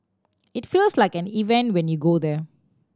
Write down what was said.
it feels like an event when you go there